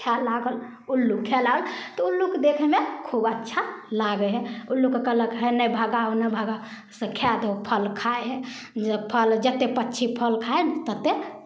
खाय लागल उल्लू खाय लागल तऽ उल्लूकेँ देखयमे खूब अच्छा लागै हइ उल्लूकेँ कहलक एन्ने भगा ओन्ने भगा से खाय दिहो फल खाइ हइ जे फल जतेक पक्षी फल खाइ हइ ततेक